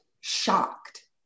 shocked